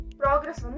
progress